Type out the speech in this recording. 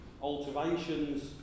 alterations